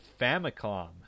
Famicom